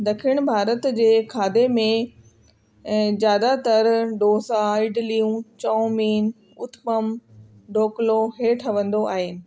ॾखिण भारत जे खाधे में ऐं ज़्यादातर डोसा इडलियूं चउमीन उत्पम ढोकलो इहे ठवंदो आहिनि